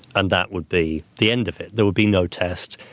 and that would be the end of it. there would be no test.